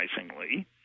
surprisingly